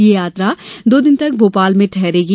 यह यात्रा दो दिन तक भोपाल में ठहरेगी